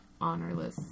honorless